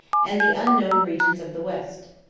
and the unknown regions of the west.